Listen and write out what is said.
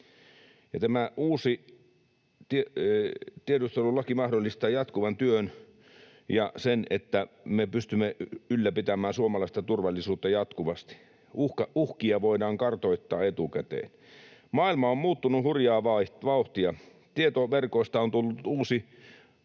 Tämä uusi tiedustelulaki mahdollistaa jatkuvan työn ja sen, että me pystymme ylläpitämään suomalaista turvallisuutta jatkuvasti. Uhkia voidaan kartoittaa etukäteen. Maailma on muuttunut hurjaa vauhtia. Tietoverkoista on tullut tavallaan